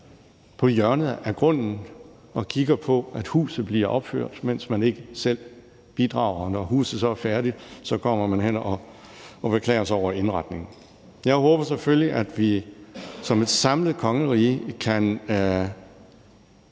på hjørnet af grunden og kigger på, at huset bliver opført, mens man ikke selv bidrager, og når huset så er færdigt, kommer man hen og beklager sig over indretningen. Jeg håber selvfølgelig, at vi som et samlet kongerige kan